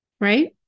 Right